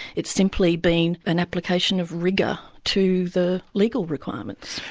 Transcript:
it's simply been an application of rigour to the legal requirements.